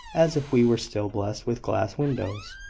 as if we were still blessed with glass windows.